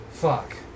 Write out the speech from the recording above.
Fuck